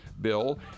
bill